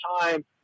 time